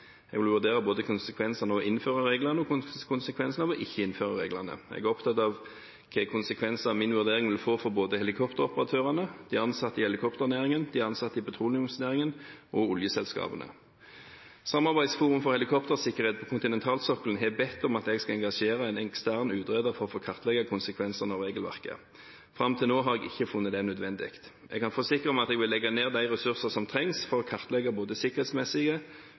Jeg vil vurdere både konsekvensene av å innføre reglene og konsekvensene av ikke å innføre reglene. Jeg er opptatt av hvilke konsekvenser min vurdering vil få for både helikopteroperatørene, de ansatte i helikopternæringen, de ansatte i petroleumsnæringen og oljeselskapene. Samarbeidsforum for helikoptersikkerhet på kontinentalsokkelen har bedt om at jeg skal engasjere en ekstern utreder for å kartlegge konsekvensene av regelverket. Fram til nå har jeg ikke funnet det nødvendig. Jeg kan forsikre om at jeg vil legge ned de ressurser som trengs for å kartlegge både sikkerhetsmessige,